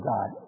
God